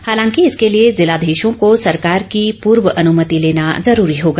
हालांकि इसके लिए जिलाधीशों को सरकार की पूर्व अनुमति लेना जरूरी होगा